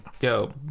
yo